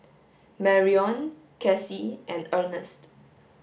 Marion Kacie and Ernst